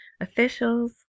officials